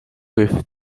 with